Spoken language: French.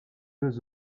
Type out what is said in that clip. deux